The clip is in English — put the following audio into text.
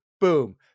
boom